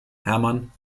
hermann